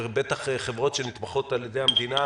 ובטח חברות שנתמכות על ידי המדינה,